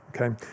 Okay